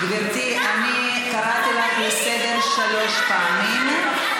גברתי, אני קראתי אותך לסדר שלוש פעמים.